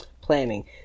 planning